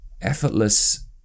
Effortless